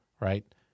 Right